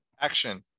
Action